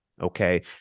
Okay